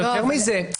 יותר מזה,